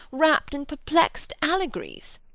wrapp'd in perplexed allegories?